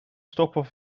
stoppen